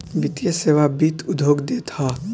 वित्तीय सेवा वित्त उद्योग देत हअ